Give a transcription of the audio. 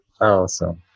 Awesome